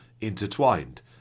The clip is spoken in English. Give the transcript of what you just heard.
intertwined